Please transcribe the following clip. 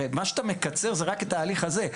הרי מה שאתה מקצר זה רק את ההליך הזה.